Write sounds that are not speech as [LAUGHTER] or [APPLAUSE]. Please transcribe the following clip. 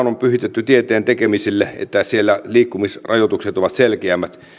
[UNINTELLIGIBLE] on pyhitetty tieteen tekemiselle niin että siellä liikkumisrajoitukset ovat selkeämmät